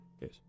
Yes